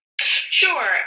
Sure